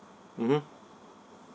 mmhmm